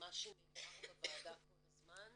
כמה שנאמר בוועדה כל הזמן,